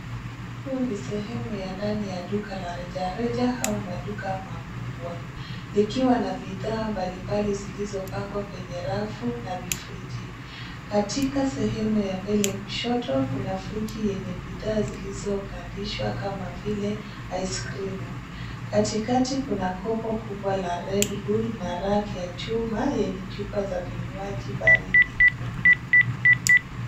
Hii ni sehemu ya ndani ya duka la rejareja au maduka makubwa. Likiwa na bidhaa mbalimbali, zilizopangwa kwenye rafu na vifriji. Katika sehemu ya mbele kushoto, kuna friji yenye bidhaa zilizogandishwa kama vile aisikrimu. Katikati kuna kopo kubwa la red bull na raki ya chuma yenye chupa za vinywaji baridi.